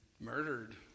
murdered